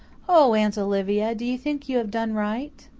oh, aunt olivia, do you think you have done right?